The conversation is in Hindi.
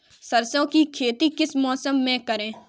सरसों की खेती किस मौसम में करें?